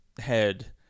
head